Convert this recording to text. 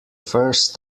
first